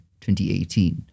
2018